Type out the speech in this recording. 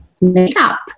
makeup